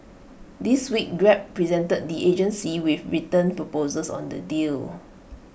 this week grab presented the agency with written proposals on the deal